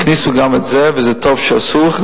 הכניסו גם את זה, וטוב שעשו.